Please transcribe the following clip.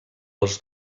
els